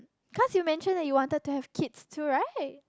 cause you mention that you wanted to have kids too right